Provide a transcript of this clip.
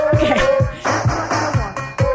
Okay